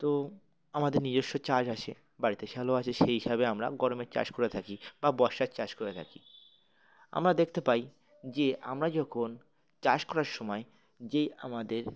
তো আমাদের নিজস্ব চাষ আছে বাড়িতে স্যালো আছে সেই হিসাবে আমরা গরমের চাষ করে থাকি বা বর্ষার চাষ করে থাকি আমরা দেখতে পাই যে আমরা যখন চাষ করার সময় যেই আমাদের